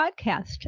podcast